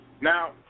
Now